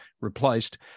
replaced